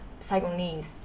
Saigonese